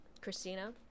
Christina